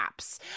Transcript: apps